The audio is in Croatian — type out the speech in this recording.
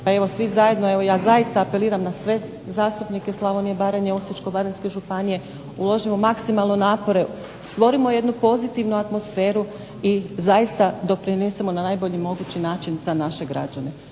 poduzetnika pa ja zaista apeliram na sve zastupnike Slavonije i Baranje, Osječko-baranjske županije uložimo maksimalno napore stvorimo jednu pozitivnu atmosferu i doista doprinesemo na najbolji mogući način za naše građane,